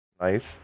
Nice